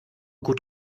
gut